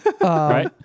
right